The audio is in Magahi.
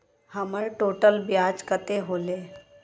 हमर टोटल ब्याज कते होले?